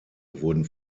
wurden